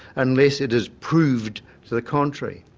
unless it is proved to the contrary.